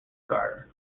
garter